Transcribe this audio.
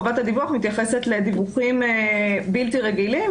חובת הדיווח מתייחסת לדיווחים בלתי רגילים.